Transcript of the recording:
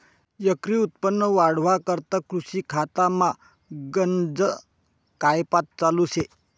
एकरी उत्पन्न वाढावा करता कृषी खातामा गनज कायपात चालू शे